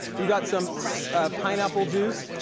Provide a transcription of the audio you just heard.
you've got some so pineapple juice.